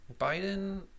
Biden